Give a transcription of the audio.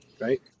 right